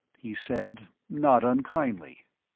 he said, not unkindly.